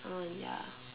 uh ya